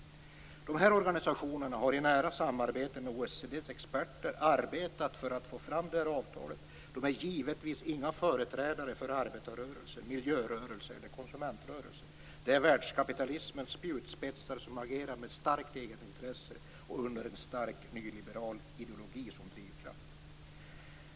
De här organisationerna har i nära samarbete med OECD:s experter arbetat för att få fram det här avtalet. De är givetvis inga företrädare för arbetarrörelsen, miljörörelsen eller konsumentrörelsen. Det är världskapitalismens spjutspetsar som agerar med starkt egenintresse och med en stark nyliberal ideologi som drivkraft.